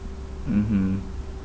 mmhmm